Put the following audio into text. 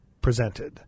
presented